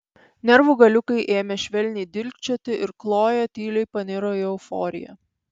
nervų galiukai ėmė švelniai dilgčioti ir kloja tyliai paniro į euforiją